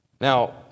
Now